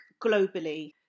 globally